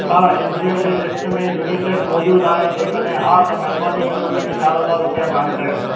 छा N G O जी लिस्ट में यूनीसेफ़ मौज़ूदु आहे जेकॾहिं हा त महिरबानी करे उनखे चारि हज़ार रुपिया दान कयो